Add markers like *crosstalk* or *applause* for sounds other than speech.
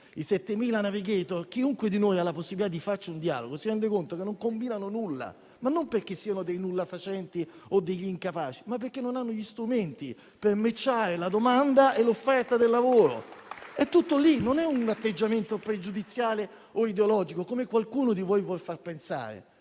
i 7.000 *navigator.* Chiunque di noi abbia la possibilità di farci un dialogo si rende conto che non combinano nulla, non perché siano dei nullafacenti o degli incapaci, ma perché non hanno gli strumenti per far incontrare la domanda e l'offerta di lavoro. *applause* È tutto lì, non è un atteggiamento pregiudiziale o ideologico, come qualcuno di voi vuol far pensare.